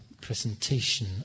presentation